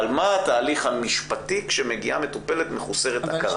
על מה התהליך המשפטי כשמגיעה מטופלת מחוסרת הכרה,